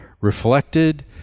Reflected